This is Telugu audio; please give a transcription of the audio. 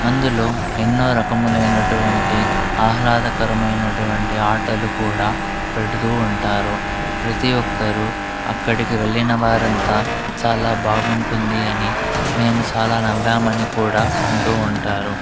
అందులో ఎన్నో రకములైనటువంటి ఆహ్లాదకరమైనటువంటి ఆటలు కూడా పెడుతూ ఉంటారు ప్రతి ఒక్కరూ అక్కడికి వెళ్లిన వారంతా చాలా బాగుంటుంది అని మేము చాలా నవ్వామని కూడా అంటూ ఉంటారు